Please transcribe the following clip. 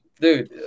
Dude